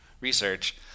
research